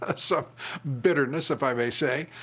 ah some bitterness, if i may say.